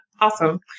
Awesome